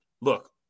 look